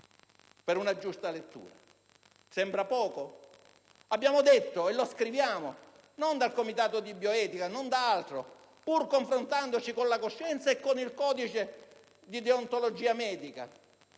per una giusta lettura. Sembra poco? Abbiamo detto, e lo scriviamo, non dal Comitato di bioetica, non da altro, pur confrontandoci con la coscienza e con il codice di deontologia medica,